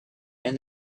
and